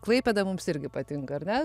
klaipėda mums irgi patinka ar ne